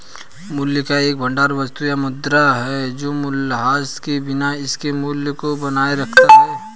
मूल्य का एक भंडार वस्तु या मुद्रा है जो मूल्यह्रास के बिना इसके मूल्य को बनाए रखता है